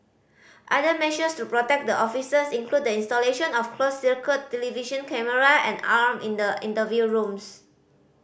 other measures to protect the officers include the installation of closed circuit television camera and alarm in the interview rooms